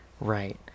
right